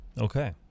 Okay